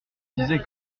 disais